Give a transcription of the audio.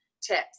tips